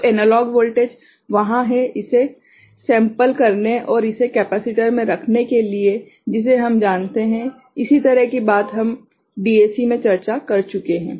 तो analogue voltage वहाँ है इसे सैंपल करने और इसे कैपेसिटर में रखने के लिए जिसे हम जानते हैं इसी तरह की बात हम डीएसी में चर्चा कर चुके हैं